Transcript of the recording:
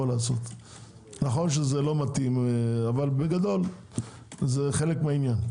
נכון שזה לא מתאים אבל בגדול זה חלק מהעניין.